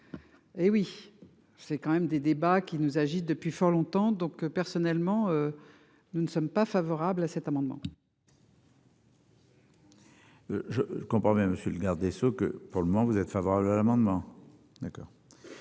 Hé oui c'est quand même des débats qui nous agitent depuis fort longtemps. Donc, personnellement. Nous ne sommes pas favorables à cet amendement. Je comprends bien monsieur le garde des Sceaux que pour le moment, vous êtes favorable à l'amendement. D'accord.